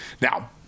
Now